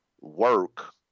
work